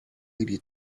really